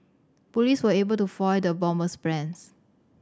police were able to foil the bomber's plans